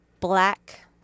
Black